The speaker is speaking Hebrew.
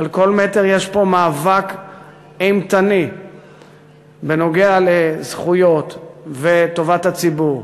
שעל כל מטר יש פה מאבק אימתני בנוגע לזכויות וטובת הציבור